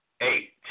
eight